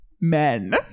Men